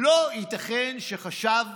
לא ייתכן שהחשב